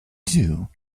too